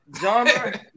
genre